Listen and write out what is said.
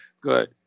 good